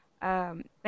Thank